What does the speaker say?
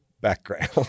background